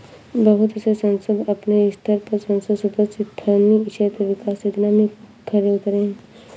बहुत से संसद अपने स्तर पर संसद सदस्य स्थानीय क्षेत्र विकास योजना में खरे उतरे हैं